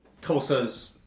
Tulsa's